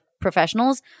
professionals